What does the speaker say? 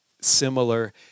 similar